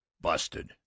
busted